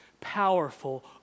powerful